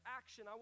action